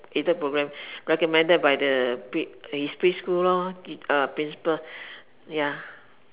aided program recommended by the his preschool lor uh principal ya